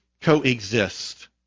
coexist